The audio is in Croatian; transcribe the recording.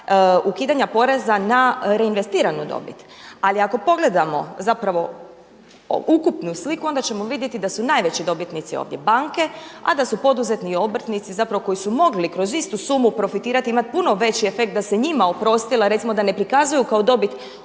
ukidanja poreza na reinvestiranu dobit. Ali ako pogledamo zapravo ukupnu sliku onda ćemo vidjeti da su najveći dobitnici ovdje banke a da su poduzetni obrtnici zapravo koji su mogli kroz istu sumu profitirati i imat puno veći efekt da se njima oprostila, da ne prikazuju kao dobit